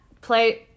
Play